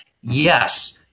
Yes